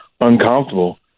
uncomfortable